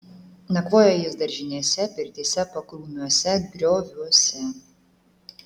nakvoja jis daržinėse pirtyse pakrūmiuose grioviuose